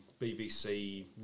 BBC